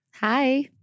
Hi